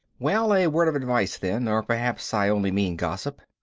well, a word of advice then, or perhaps i only mean gossip,